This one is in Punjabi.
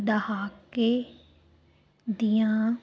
ਦਹਾਕੇ ਦੀਆਂ